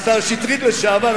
השר שטרית לשעבר,